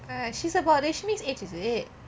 ah she's about rashmi's age is it